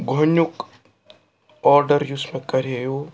گۄڈنیُک آرڈر یُس مےٚ کرییو